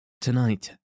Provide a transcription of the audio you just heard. Tonight